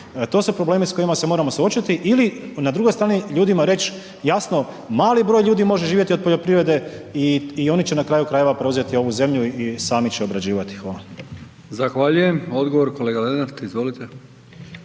To su problemi s kojima se moramo suočiti ili na drugoj strani, ljudima reći, jasno, mali broj ljudi može živjeti od poljoprivrede i oni će, na kraju krajeva preuzeti ovu zemlju i sami će je obrađivati. Hvala. **Brkić, Milijan (HDZ)** Zahvaljujem. Odgovor, kolega Lenart, izvolite.